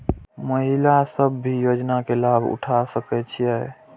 महिला सब भी योजना के लाभ उठा सके छिईय?